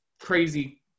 crazy